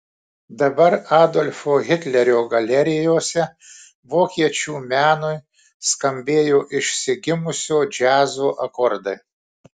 dabar adolfo hitlerio galerijose vokiečių menui skambėjo išsigimusio džiazo akordai